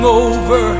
over